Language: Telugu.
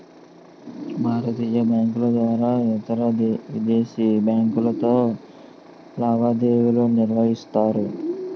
భారతీయ బ్యాంకుల ద్వారా ఇతరవిదేశీ బ్యాంకులతో లావాదేవీలు నిర్వహిస్తారు